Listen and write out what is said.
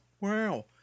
Wow